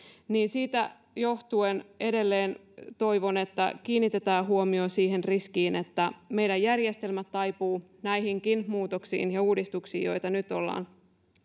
siitä johtuen edelleen toivon että kiinnitetään huomio siihen riskiin niin että meidän järjestelmämme taipuvat näihinkin muutoksiin ja uudistuksiin joita nyt ollaan